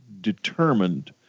determined